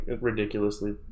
ridiculously